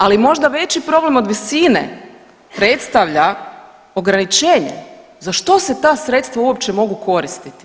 Ali možda veći problem od visine predstavlja ograničenje za što se ta sredstva uopće mogu koristiti.